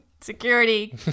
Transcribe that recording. security